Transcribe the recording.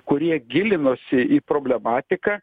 kurie gilinosi į problematiką